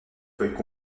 feuilles